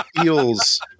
feels